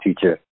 teacher